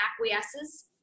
acquiesces